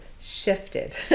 shifted